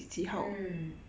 mm